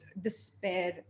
despair